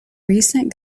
recent